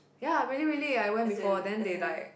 ya really really I went before then they like